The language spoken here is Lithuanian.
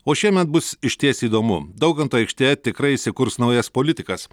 o šiemet bus išties įdomu daukanto aikštėje tikrai įsikurs naujas politikas